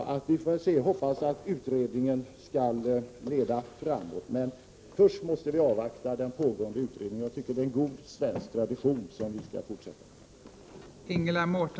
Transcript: Jag hoppas att utredningen skall leda framåt. Men först måste vi avvakta pågående utredning. Jag tycker att det är en god svensk tradition som vi skall fortsätta med.